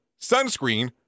sunscreen